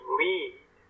lead